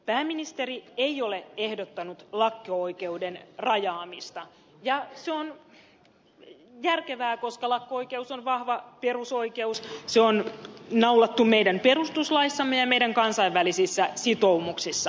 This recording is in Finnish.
pääministeri ei ole ehdottanut lakko oikeuden rajaamista ja se on järkevää koska lakko oikeus on vahva perusoikeus se on naulattu meidän perustuslaissamme ja meidän kansainvälisissä sitoumuksissamme